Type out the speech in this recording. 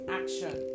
action